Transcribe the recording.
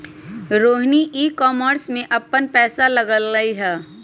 Rohini e commerce में अप्पन पैसा लगअलई ह